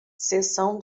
sessão